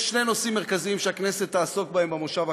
יש שני נושאים מרכזיים שהכנסת תעסוק בהם במושב הקרוב.